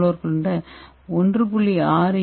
1M கொண்ட 1